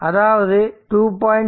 அதாவது 2